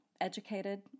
educated